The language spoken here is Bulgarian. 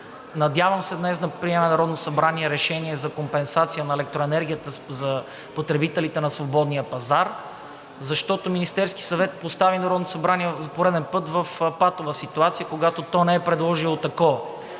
Надявам се днес да приеме Народното събрание решение за компенсация на електроенергията за потребителите на свободния пазар, защото Министерският съвет постави Народното събрание за пореден път в патова ситуация, когато то не е предложило такова.